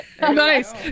Nice